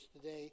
today